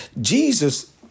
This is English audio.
Jesus